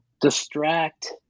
distract